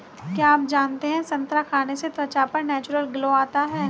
क्या आप जानते है संतरा खाने से त्वचा पर नेचुरल ग्लो आता है?